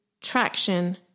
traction